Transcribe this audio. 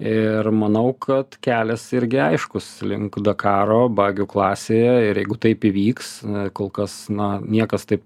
ir manau kad kelias irgi aiškus link dakaro bagių klasėje ir jeigu taip įvyks kol kas na niekas taip